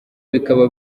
bikaba